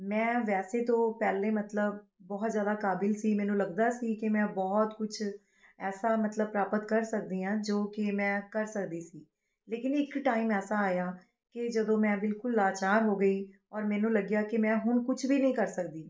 ਮੈਂ ਵੈਸੇ ਤਾਂ ਪਹਿਲੇ ਮਤਲਬ ਬਹੁਤ ਜ਼ਿਆਦਾ ਕਾਬਿਲ ਸੀ ਮੈਨੂੰ ਲੱਗਦਾ ਸੀ ਕਿ ਮੈਂ ਬਹੁਤ ਕੁਛ ਐਸਾ ਮਤਲਬ ਪ੍ਰਾਪਤ ਕਰ ਸਕਦੀ ਹਾਂ ਜੋ ਕਿ ਮੈਂ ਕਰ ਸਕਦੀ ਸੀ ਲੇਕਿਨ ਇੱਕ ਟਾਈਮ ਐਸਾ ਆਇਆ ਕਿ ਜਦੋਂ ਮੈਂ ਬਿਲਕੁਲ ਲਾਚਾਰ ਹੋ ਗਈ ਔਰ ਮੈਨੂੰ ਲੱਗਿਆ ਕਿ ਮੈਂ ਹੁਣ ਕੁਛ ਵੀ ਨਹੀਂ ਕਰ ਸਕਦੀ